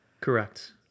Correct